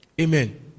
Amen